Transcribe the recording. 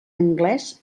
anglès